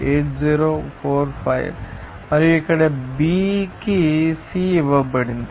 8045 మరియు ఇక్కడ B కి సి ఇవ్వబడింది